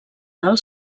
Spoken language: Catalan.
del